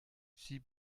sie